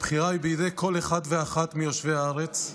הבחירה היא בידי כל אחד ואחת מיושבי הארץ,